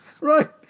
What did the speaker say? Right